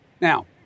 Now